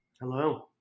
Hello